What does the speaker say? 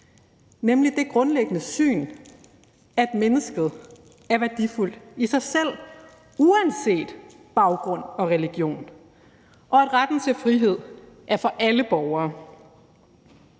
nemlig det grundlæggende syn, at mennesket er værdifuldt i sig selv uanset baggrund og religion, og at retten til frihed er for alle borgere.